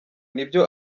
nibyo